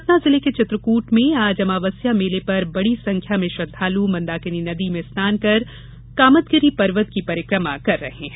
सतना जिले के चित्रकूट में आज अमावस्या मेला पर बड़ी संख्या में श्रद्वालू मंदाकिनी नदी में स्नान कर कामदगिरी पर्वत की परिक्रमा कर रहे हैं